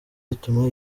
bituma